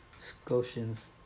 Scotians